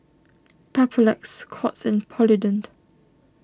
Papulex Scott's and Polident